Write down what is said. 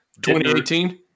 2018